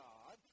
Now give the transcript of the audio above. God